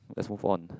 let's move on